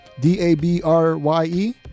D-A-B-R-Y-E